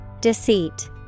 Deceit